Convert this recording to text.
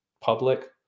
public